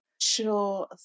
Sure